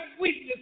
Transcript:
weakness